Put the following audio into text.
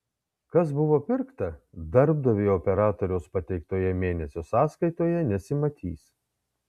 kas buvo pirkta darbdaviui operatoriaus pateiktoje mėnesio sąskaitoje nesimatys